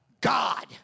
God